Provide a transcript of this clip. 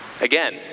Again